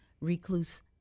recluse